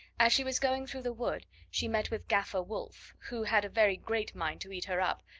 as she was going through the wood, she met with gaffer wolf, who had a very great mind to eat her up,